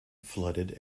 flooded